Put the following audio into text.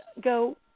go